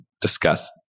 discuss